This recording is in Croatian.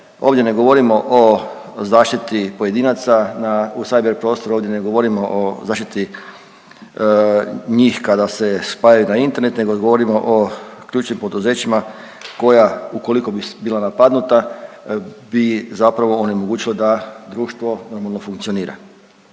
ovdje ne govorimo o zaštiti pojedinaca na u cyber prostoru, ovdje ne govorimo o zaštiti njih kada se spajaju na internet nego govorimo o ključnim poduzećima koja ukoliko bi bila napadnuta, bi zapravo onemogućila da društvo normalno funkcionira.